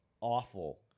Awful